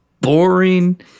boring